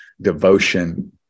devotion